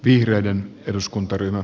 arvoisa puhemies